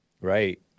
Right